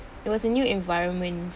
it was a new environment